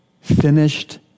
finished